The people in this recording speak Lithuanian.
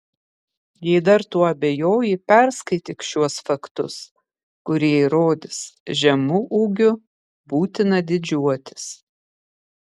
jei dar tuo abejoji perskaityk šiuos faktus kurie įrodys žemu ūgiu būtina didžiuotis